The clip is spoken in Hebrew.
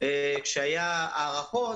שהיו הארכות,